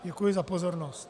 Děkuji za pozornost.